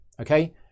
okay